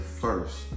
first